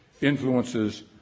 influences